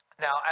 Now